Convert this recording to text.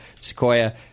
Sequoia